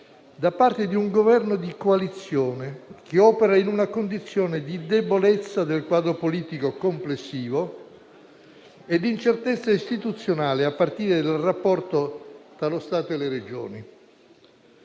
da parte di un Governo di coalizione che opera in una condizione di debolezza del quadro politico complessivo e di incertezza istituzionale, a partire dal rapporto tra lo Stato e le Regioni.